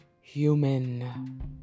human